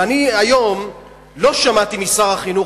ואני היום לא שמעתי משר החינוך,